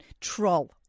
troll